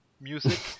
music